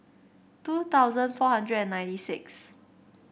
two thousand four hundred and ninety six